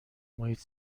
محیط